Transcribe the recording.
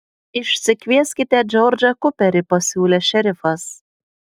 išsikvieskite džordžą kuperį pasiūlė šerifas